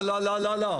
לא, לא, לא.